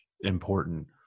important